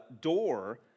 door